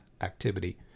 activity